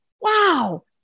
wow